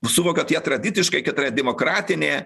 suvokiat ją tradiciškai kad yra demokratinė